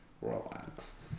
Relax